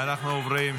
יופי,